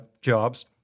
jobs